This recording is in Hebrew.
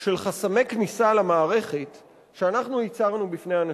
של חסמי כניסה למערכת שאנחנו ייצרנו בפני האנשים.